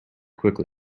quickly